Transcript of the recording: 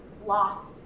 lost